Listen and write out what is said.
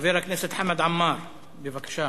חבר הכנסת חמד עמאר, בבקשה.